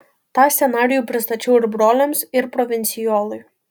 tą scenarijų pristačiau ir broliams ir provincijolui